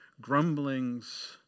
grumblings